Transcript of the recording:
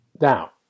now